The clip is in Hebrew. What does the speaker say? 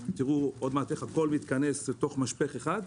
תראו עוד מעט איך הכול מתכנס לתוך משפך אחד,